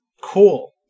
Cool